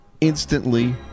Instantly